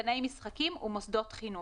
גני משחקים ומוסדות חינוך,